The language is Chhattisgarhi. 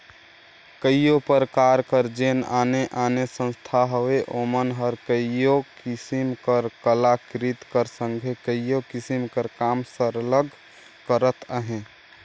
कइयो परकार कर जेन आने आने संस्था हवें ओमन हर कइयो किसिम कर कलाकृति कर संघे कइयो किसिम कर काम सरलग करत अहें